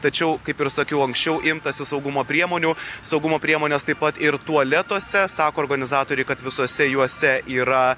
tačiau kaip ir sakiau anksčiau imtasi saugumo priemonių saugumo priemones taip pat ir tualetuose sako organizatoriai kad visuose juose yra